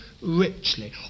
richly